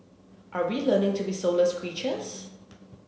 are we learning to be soulless creatures